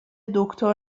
دکتر